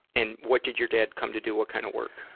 and what did your dad come to do? what kind of work?